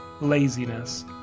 laziness